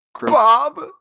Bob